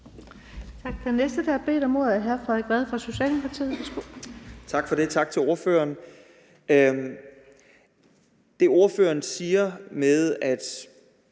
Tak for det, og tak til ordføreren. Om det, ordføreren siger med at